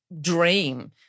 dream